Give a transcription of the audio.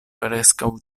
preskaŭ